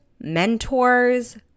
mentors